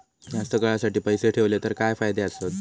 जास्त काळासाठी पैसे ठेवले तर काय फायदे आसत?